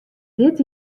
dit